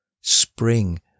Spring